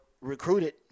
recruited